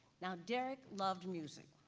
now derrick loved music,